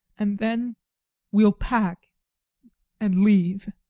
and then we'll pack and leave.